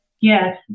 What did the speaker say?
Yes